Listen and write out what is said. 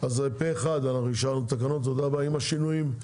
התקנות אושרו פה אחד, עם השינויים.